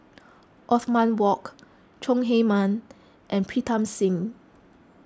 Othman Wok Chong Heman and Pritam Singh